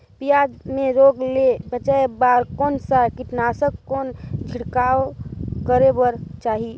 पियाज मे रोग ले बचाय बार कौन सा कीटनाशक कौन छिड़काव करे बर चाही?